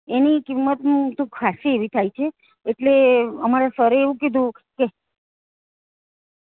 એની કિંમતનું તો ખાસ્સી એવી થાય છે એટલે અમારા સરે એવું કીધું કે